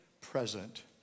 present